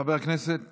חבר הכנסת